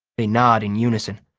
they nod in unison,